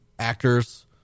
actors